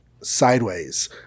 sideways